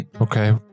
Okay